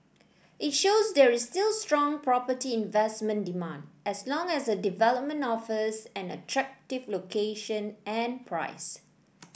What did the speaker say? it shows there is still strong property investment demand as long as a development offers an attractive location and price